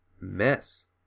mess